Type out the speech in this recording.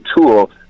tool